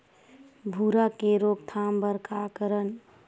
भूरा के रोकथाम बर का करन?